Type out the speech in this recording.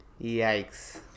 yikes